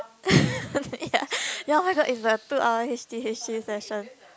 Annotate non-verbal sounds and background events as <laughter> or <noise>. <laughs> ya ya my god it's the two hour H_T_H_T session